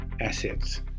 assets